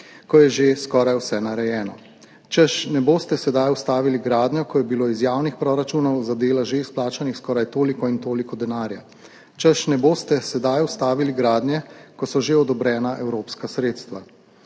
ko je že skoraj vse narejeno, češ ne boste sedaj ustavili gradnje, ko je bilo iz javnih proračunov za dela že izplačanih skoraj toliko in toliko denarja, češ ne boste sedaj ustavili gradnje, ko so že odobrena evropska sredstva.